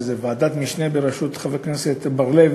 זאת ועדת משנה בראשות חבר הכנסת בר-לב,